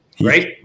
Right